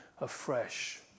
afresh